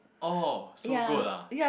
oh so good lah